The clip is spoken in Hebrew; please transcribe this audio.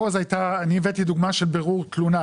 אני הבאתי פה דוגמה של בירור תלונה,